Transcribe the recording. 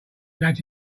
that